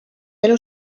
elu